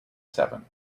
seventh